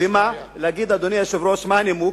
ומה הנימוק?